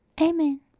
Amen